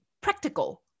practical